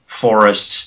forests